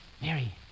Mary